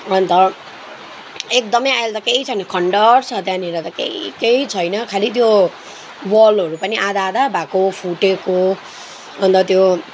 अन्त एकदमै अहिले त केही छैन खण्डहर र त्यहाँनिर त केही केही छैन खालि त्यो वलहरू पनि आधा आधा भएको फुटेको अन्त त्यो